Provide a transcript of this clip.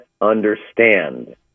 understand